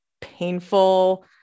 painful